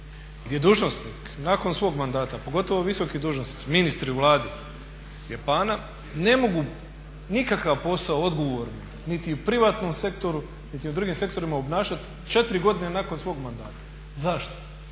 gdje dužnosnik nakon svog mandata pogotovo visoki dužnosnici, ministri u Vladi Japana ne mogu nikakav posao odgovorni, niti u privatnom sektoru niti u drugim sektorima obnašati 4 godine nakon svog mandata. Zašto?